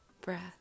breath